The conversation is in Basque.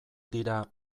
dira